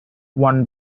one